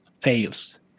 fails